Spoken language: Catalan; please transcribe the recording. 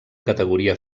categoria